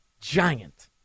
giant